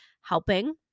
helping